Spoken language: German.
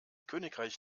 königreich